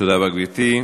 תודה רבה, גברתי.